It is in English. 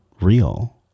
real